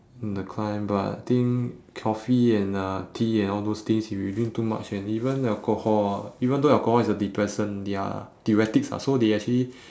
in the climb but I think coffee and uh tea and all those things if you drink too much and even alcohol even though alcohol is a depressant ya theoretics ah so they actually